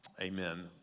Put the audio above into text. Amen